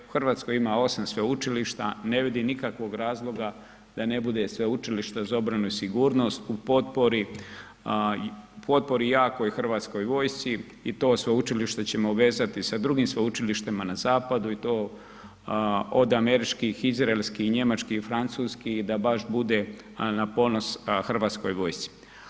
U Hrvatskoj ima 8 sveučilišta, ne vidim nikakvog razloga da ne bude Sveučilište za obranu i sigurnost u potpori jakoj Hrvatskoj vojsci i to sveučilište ćemo vezati sa drugim sveučilištima na zapadu i to od američkih, izraelskih, njemačkih, francuski i da baš bude na ponos Hrvatskoj vojsci.